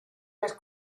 las